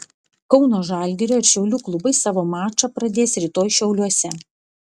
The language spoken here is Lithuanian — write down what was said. kauno žalgirio ir šiaulių klubai savo mačą pradės rytoj šiauliuose